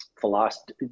philosophy